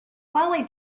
mollie